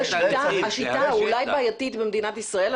השיטה היא אולי בעייתית במדינת ישראל.